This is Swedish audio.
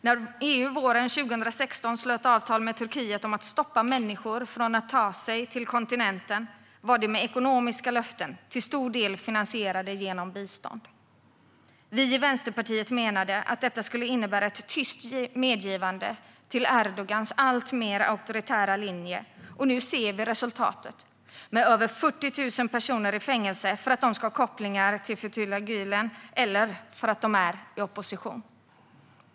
När EU våren 2016 slöt avtal med Turkiet om att stoppa människor från att ta sig till kontinenten var det med ekonomiska löften, till stor del finansierade genom bistånd. Vi i Vänsterpartiet menade att detta skulle innebära ett tyst medgivande till Erdogans alltmer auktoritära linje. Nu ser vi resultatet, med över 40 000 personer som satts i fängelse för att de ska ha kopplingar till Fethullah Gülen eller för att de är i opposition.